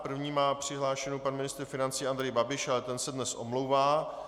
První má přihlášku pan ministr financí Andrej Babiš, ale ten se dnes omlouvá.